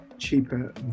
cheaper